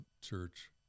church